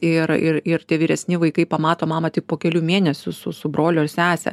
ir ir ir tie vyresni vaikai pamato mamą tik po kelių mėnesių su su su broliu ar sese